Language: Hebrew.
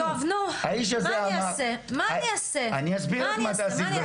טוב, נו, מה אני אעשה, מה אני אעשה.